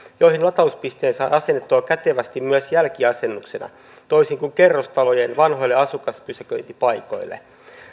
joihin latauspisteen saa asennettua kätevästi myös jälkiasennuksena toisin kuin kerrostalojen vanhoille asukaspysäköintipaikoille